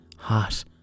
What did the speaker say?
Hot